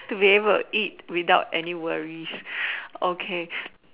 to be able to eat without any worries okay